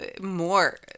More